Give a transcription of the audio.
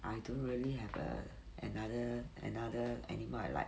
I don't really have a another another anymore I like